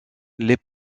les